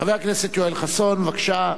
חבר הכנסת יואל חסון, בבקשה.